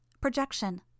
Projection